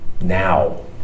Now